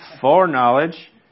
Foreknowledge